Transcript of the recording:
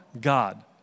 God